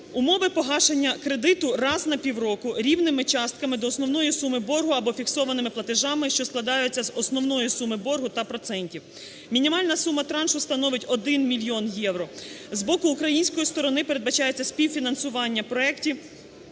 Умови погашення кредиту: раз на півроку рівними частками до основної суми боргу або фіксованими платежами, що складаються з основної суми боргу та процентів. Мінімальна сума траншу становить 1 мільйон євро. З боку української сторони передбачається співфінансування проектів